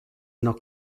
not